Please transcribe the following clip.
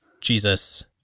Jesus